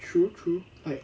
true true like